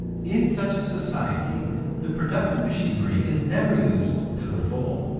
in such a society the productive machinery is never used to the full.